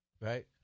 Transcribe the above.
right